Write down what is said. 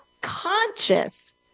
conscious